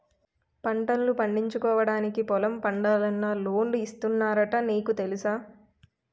పంటల్ను పండించుకోవడానికి పొలం పండాలన్నా లోన్లు ఇస్తున్నారట నీకు తెలుసా?